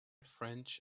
french